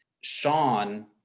Sean